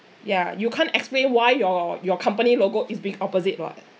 ya you can't explain why your your company logo is being opposite [what]